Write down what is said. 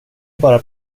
bara